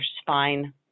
spine